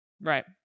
Right